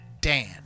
Dan